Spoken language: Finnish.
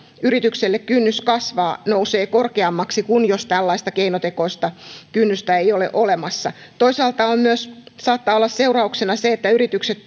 yritykselle kynnys kasvaa nousee korkeammaksi kuin jos tällaista keinotekoista kynnystä ei ole olemassa toisaalta saattaa olla seurauksena myös se että yritykset